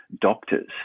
doctors